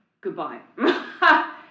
Goodbye